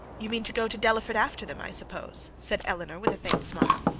you mean to go to delaford after them i suppose, said elinor, with a faint smile.